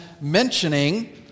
mentioning